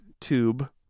tube